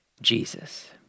Jesus